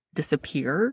disappear